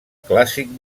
clàssic